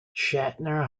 shatner